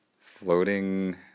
floating